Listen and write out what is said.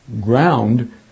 ground